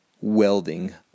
welding